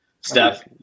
Steph